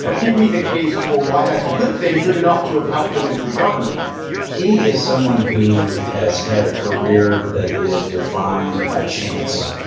ah give me the case for why that's a good thing. good enough to have helped him into the governor's mansion he is someone who has had a career that is defined by chance.